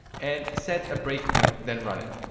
and set a breakpoint then run it.